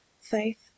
faith